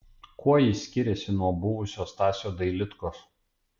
kuo jis skiriasi nuo buvusio stasio dailydkos